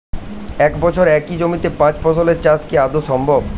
এক বছরে একই জমিতে পাঁচ ফসলের চাষ কি আদৌ সম্ভব?